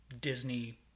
Disney